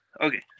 Okay